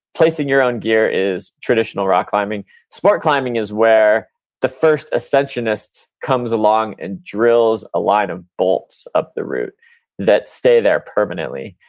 placing your own gear is traditional rock climbing. sport climbing is where the first essentionist comes along and drills a line of bolts of the route that stay there permanently.